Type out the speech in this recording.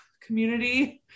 community